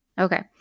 Okay